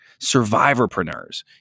survivorpreneurs